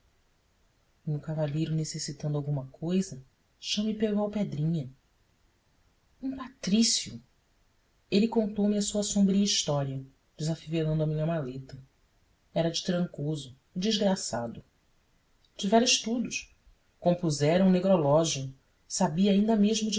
o cavalheiro necessitando alguma cousa chame pelo alpedrinha um patrício ele contou-me a sua sombria história desafivelando a minha maleta era de trancoso e desgraçado tivera estudos compusera um necrológio sabia ainda mesmo